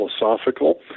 philosophical